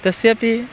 तस्यपि